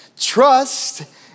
Trust